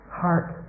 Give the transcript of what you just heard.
heart